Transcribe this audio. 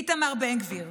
איתמר בן גביר,